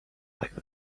like